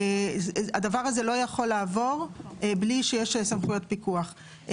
הדבר הזה לא יכול לעבור בלי שיש סמכויות פיקוח.